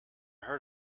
heard